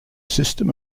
system